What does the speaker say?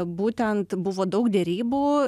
būtent buvo daug derybų